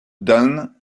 dun